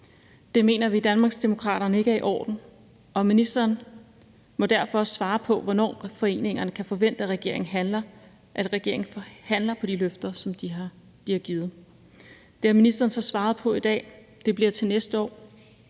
Det mener vi i Danmarksdemokraterne ikke er i orden, og ministeren må derfor svare på, hvornår foreningerne kan forvente at regeringen handler på de løfter, som de er givet. Det har ministeren så svaret på i dag, og det bliver til næste år,